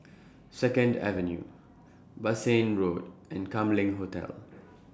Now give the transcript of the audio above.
Second Avenue Bassein Road and Kam Leng Hotel